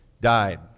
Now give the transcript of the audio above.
Died